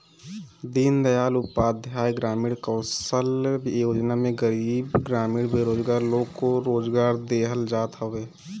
दीनदयाल उपाध्याय ग्रामीण कौशल्य योजना में गरीब ग्रामीण बेरोजगार लोग को रोजगार देहल जात हवे